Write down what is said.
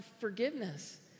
forgiveness